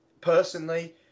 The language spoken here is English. personally